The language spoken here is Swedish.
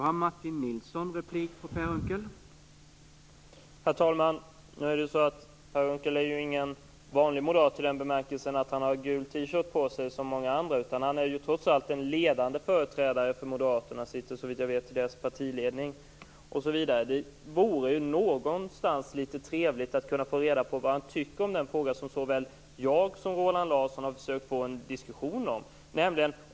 Herr talman! Per Unckel är ju ingen vanlig moderat i den bemärkelsen att han har gul T-shirt på sig som många andra. Han är ju trots allt en ledande företrädare för Moderaterna. Han sitter såvitt jag vet i deras partiledning osv. Det vore ju litet trevligt att få reda på vad han tycker i den fråga som såväl jag som Roland Larsson har försökt få en diskussion om.